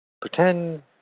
pretend